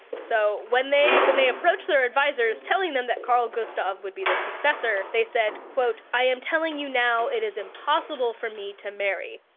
so when they when they approached their advisors telling them that karl gustav would be their successor, they said, i am telling you now it is impossible for me to marry.